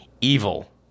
Evil